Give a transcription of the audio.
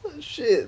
what the shit